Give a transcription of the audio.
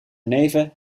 neven